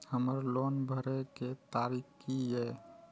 हमर लोन भरय के तारीख की ये?